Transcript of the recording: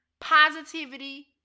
positivity